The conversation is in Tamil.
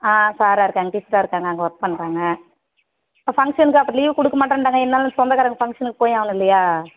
ஆ சார்ராக இருக்காங்க டீச்சராக இருக்காங்க அங்கே ஒர்க் பண்ணுறாங்க இப்போ ஃபங்க்ஷன்க்கு அப்புறம் லீவ் கொடுக்க மாட்டேன்றாங்க இருந்தாலும் சொந்தக்காரங்க ஃபங்க்ஷன்னுக்கு போய் ஆகணும் இல்லையா